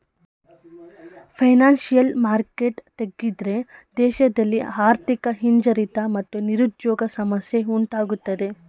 financial market ತಗ್ಗಿದ್ರೆ ದೇಶದಲ್ಲಿ ಆರ್ಥಿಕ ಹಿಂಜರಿತ ಮತ್ತು ನಿರುದ್ಯೋಗ ಸಮಸ್ಯೆ ಉಂಟಾಗತ್ತದೆ